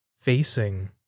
facing